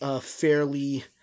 fairly